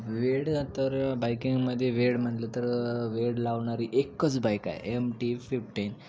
वेड तर बाईकिंगमध्ये वेड म्हटलं तर वेड लावणारी एकच बाईक आहे एम टी फिफ्टीन